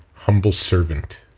humble servant